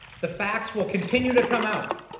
the facts will continue to come out.